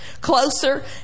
closer